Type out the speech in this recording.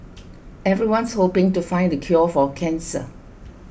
everyone's hoping to find the cure for cancer